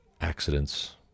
accidents